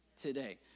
today